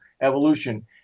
evolution